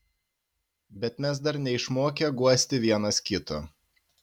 bet mes dar neišmokę guosti vienas kito